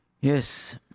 Yes